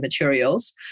materials